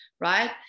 right